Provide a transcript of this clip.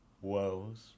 woes